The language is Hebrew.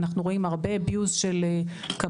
אנחנו רואים הרבה ניצול של קבלות.